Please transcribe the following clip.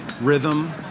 rhythm